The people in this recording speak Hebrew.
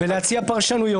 ולהציע פרשנויות.